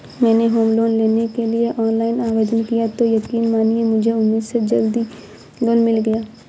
मैंने home loan लेने के लिए ऑनलाइन आवेदन किया तो यकीन मानिए मुझे उम्मीद से जल्दी लोन मिल गया